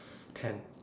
ten